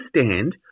understand